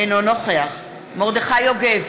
אינו נוכח מרדכי יוגב,